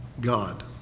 God